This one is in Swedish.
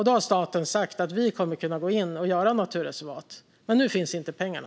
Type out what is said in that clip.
Då har staten sagt att man kan gå in och göra naturreservat, men nu finns inte pengarna.